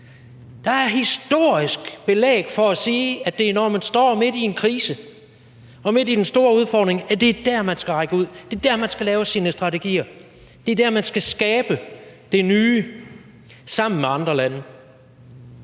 der er historisk belæg for at sige, at det er, når man står midt i en krise og midt i den store udfordring, man skal række ud. Det er dér, man skal lave sine strategier. Det er dér, man skal skabe det nye sammen med andre lande.